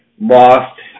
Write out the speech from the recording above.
lost